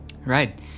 Right